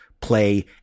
play